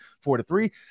four-to-three